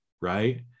right